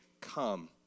come